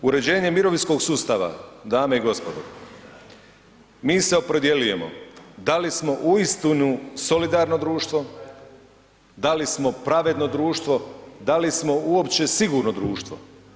Uređenje mirovinskog sustava, dame i gospodo, mi se opredjeljujemo da li smo uistinu solidarno društvo, da li smo pravedno društvo, da li smo uopće sigurno društvo.